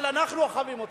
אבל אנחנו אוהבים אתכם.